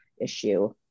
issue